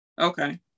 Okay